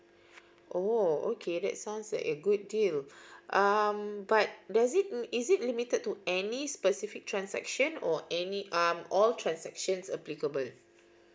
oh okay that sounds like a good deal um but there is is it limited to any specific transaction or any um all transactions applicable